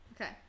Okay